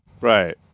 right